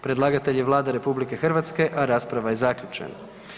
Predlagatelj je Vlada RH, a rasprava je zaključena.